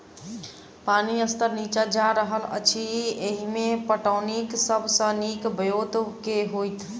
पानि स्तर नीचा जा रहल अछि, एहिमे पटौनीक सब सऽ नीक ब्योंत केँ होइत?